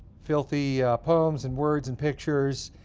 filthy poems and words and pictures.